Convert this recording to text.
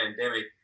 pandemic